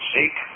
Seek